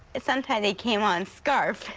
sometimes they came on scarves,